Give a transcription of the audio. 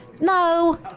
No